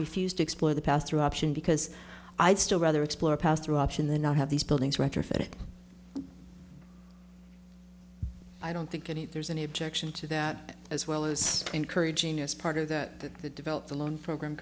refuse to explore the past through option because i'd still rather explore passthrough option the not have these buildings retrofit i don't think any there's any objection to that as well as encouraging as part of that that the develop the loan program